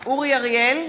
אריאל,